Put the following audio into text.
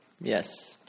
Yes